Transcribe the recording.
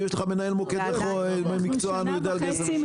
אם יש לך מנהל מוקד שהוא מקצוען ויודע לגייס אנשים.